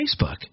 Facebook